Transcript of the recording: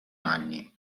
anni